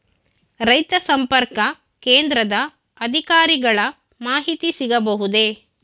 ರೈತ ಸಂಪರ್ಕ ಕೇಂದ್ರದ ಅಧಿಕಾರಿಗಳ ಮಾಹಿತಿ ಸಿಗಬಹುದೇ?